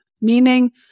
meaning